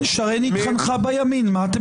1,242 מי בעד?